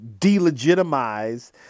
delegitimize